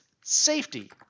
safety